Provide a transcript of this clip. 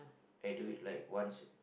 I do it like once